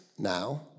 now